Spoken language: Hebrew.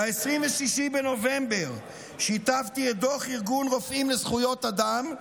ב-26 בנובמבר שיתפתי את דוח ארגון רופאים לזכויות אדם,